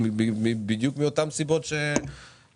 בדיוק מאותן סיבות שצוינו כאן?